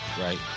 right